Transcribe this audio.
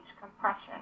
compression